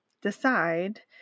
decide